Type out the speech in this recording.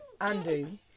Andy